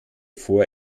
vor